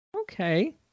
Okay